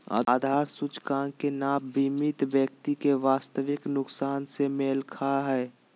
आधार सूचकांक के नाप बीमित व्यक्ति के वास्तविक नुकसान से मेल नय खा हइ